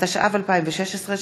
התשע"ו 2016,